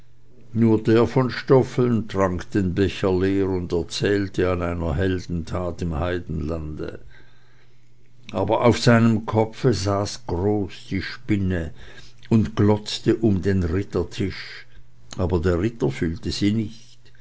nur der von stoffeln trank den becher leer und erzählte an einer heldentat im heidenlande aber auf seinem kopfe saß groß die spinne und glotzte um den rittertisch aber der ritter fühlte sie nicht